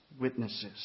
witnesses